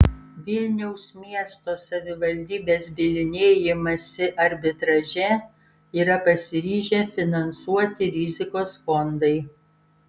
vilniaus miesto savivaldybės bylinėjimąsi arbitraže yra pasiryžę finansuoti rizikos fondai